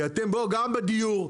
גם בדיור,